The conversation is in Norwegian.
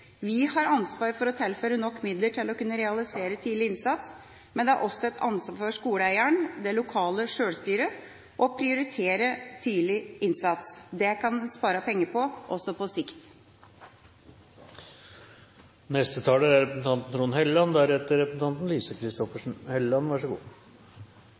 Vi har ansvar for å tilføre nok midler til å kunne realisere tidlig innsats, men det er også et ansvar for skoleeieren, det lokale sjølstyret, å prioritere tidlig innsats. Det kan en spare penger på, også på sikt. Jeg er